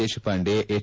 Deshpande H